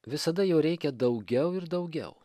visada jau reikia daugiau ir daugiau